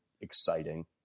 exciting